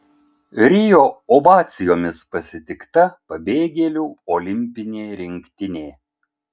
rio ovacijomis pasitikta pabėgėlių olimpinė rinktinė